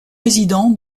résident